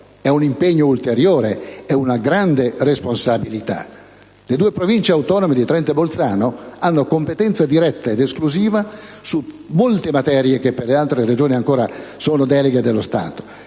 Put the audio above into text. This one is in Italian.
un impegno ulteriore, una grande responsabilità. Le due Province autonome di Trento e Bolzano hanno competenza diretta ed esclusiva su molte materie che per le altre Regioni ancora sono deleghe dello Stato.